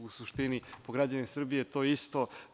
U suštini, po građane Srbije je to isto.